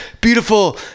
beautiful